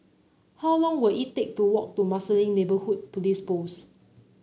how long will it take to walk to Marsiling Neighbourhood Police Post